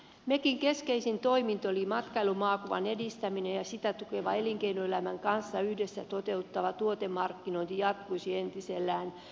mekin keskeisin toiminto eli matkailumaakuvan edistäminen ja sitä tukeva elinkeinoelämän kanssa yhdessä toteutettava tuotemarkkinointi jatkuisi entisellään finprossa